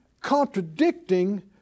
contradicting